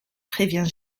prévient